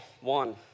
one